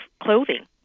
clothing